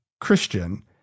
Christian